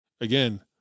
Again